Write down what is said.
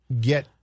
get